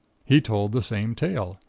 he told the same tale,